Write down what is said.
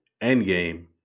Endgame